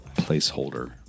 placeholder